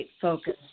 focus